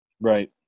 right